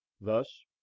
thus